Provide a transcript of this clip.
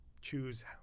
choose